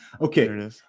Okay